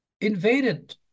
invaded